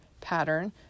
pattern